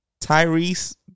Tyrese